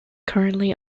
currently